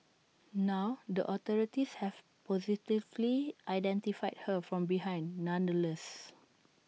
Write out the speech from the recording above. now the authorities have positively identified her from behind nonetheless